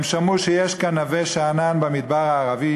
הם שמעו שיש כאן נווה שאנן במדבר הערבי